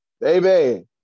baby